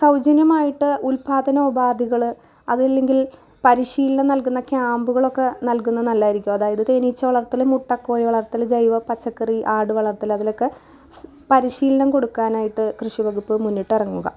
സൗജന്യമായിട്ട് ഉൽപാദനോപാധികൾ അതല്ല എങ്കിൽ പരിശീലനം നൽകുന്ന ക്യാമ്പുകളൊക്കെ നൽകുന്ന നല്ലതായിരിക്കും അതായത് തേനീച്ച വളർത്തൽ മുട്ടക്കോഴി വളർത്തൽ ജൈവപച്ചക്കറി ആടുവളർത്തൽ അതിലൊക്കെ പരിശീലനം കൊടുക്കാനായിട്ട് കൃഷി വകുപ്പ് മുന്നിട്ടിറങ്ങുക